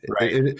right